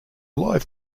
live